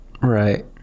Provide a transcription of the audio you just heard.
right